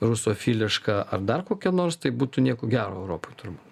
rusofilišką ar dar kokią nors tai būtų nieko gero europoj turbūt